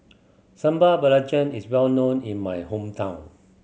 Sambal Belacan is well known in my hometown